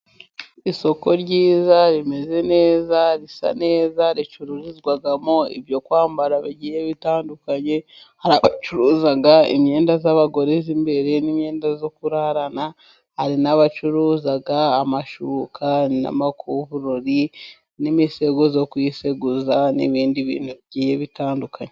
Isoko ryiza rimeze neza risa neza ricururizwamo ibyo kwambara bigiye bitandukanye, hari abacuruza imyenda y'abagore y'imbere n'imyenda yo kurarana, n'abacuruza amashuka, n'amakuvureri n'imisego yo kwiseguza n'ibindi bintu bigiye bitandukanye.